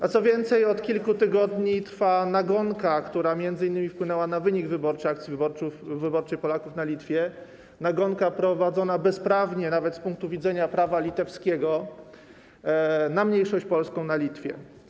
A co więcej, od kilku tygodni trwa nagonka, która m.in. wpłynęła na wynik wyborczy Akcji Wyborczej Polaków na Litwie, nagonka prowadzona bezprawnie, nawet z punktu widzenia prawa litewskiego, na mniejszość polską na Litwie.